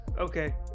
okay